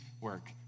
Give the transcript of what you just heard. work